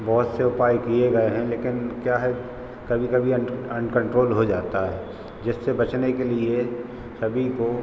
बहुत से उपाय किये गए हैं लेकिन क्या है कभी कभी अनकंट्रोल हो जाता है जिससे बचने के लिए सभी को